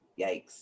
Yikes